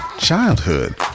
Childhood